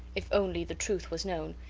if only the truth was known,